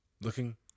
Looking